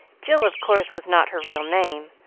jill, of course, was not her real name,